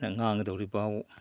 ꯑꯩꯅ ꯉꯥꯡꯒꯗꯧꯔꯤꯕ